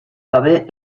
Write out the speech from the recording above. gabe